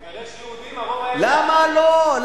לגרש יהודים הרוב היה, למה לא?